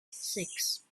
six